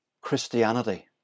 Christianity